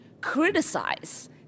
criticize